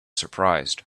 surprised